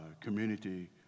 community